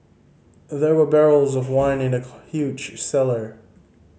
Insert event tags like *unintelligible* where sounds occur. there were barrels of wine in the *unintelligible* huge cellar